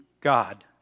God